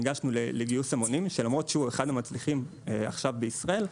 ניגשנו לגיוס המונים שלמרות שהוא אחד המצליחים עכשיו בישראל,